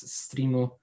streamu